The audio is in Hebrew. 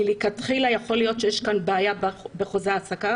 מלכתחילה יכול להיות שיש כאן בעיה בחוזה ההעסקה